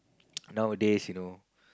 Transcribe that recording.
nowadays you know